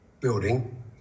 building